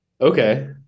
okay